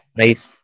nice